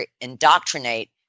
indoctrinate